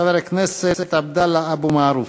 חבר הכנסת עבדאללה אבו מערוף.